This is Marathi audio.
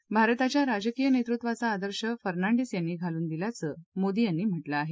तर भारताच्या राजकीय नेतृत्वाचा आदर्श फर्नांडीस यांनी घालून दिला असल्याचं मोदी यांनी म्हटलं आहे